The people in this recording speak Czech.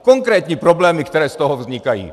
Konkrétní problémy, které z toho vznikají.